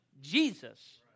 Jesus